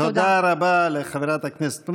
תודה רבה לחברת הכנסת.